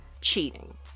cheating